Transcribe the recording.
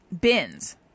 bins